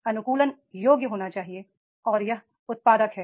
अनुकूलन योग्य होना चाहिए और यह उत्पादक है